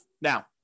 Now